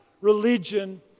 religion